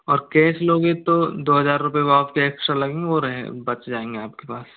और कैश लोगे तो दो हज़ार रुपए जो आपके एक्स्ट्रा लगेंगे रहे बच जाएंगे आपके पास